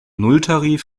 nulltarif